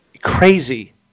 crazy